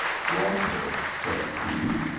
daughter, said he,